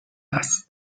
است